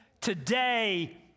today